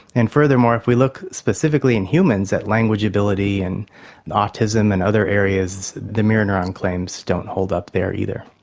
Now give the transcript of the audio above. and furthermore, if we look specifically in humans at language ability and autism and other areas, the mirror neuron claims don't hold up there either.